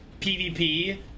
PvP